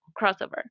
crossover